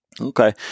Okay